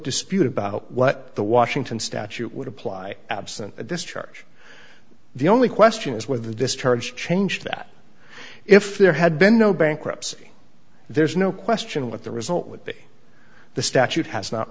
dispute about what the washington statute would apply absent this charge the only question is whether the discharge changed that if there had been no bankruptcy there's no question what the result would be the statute has not